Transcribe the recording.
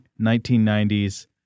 1990s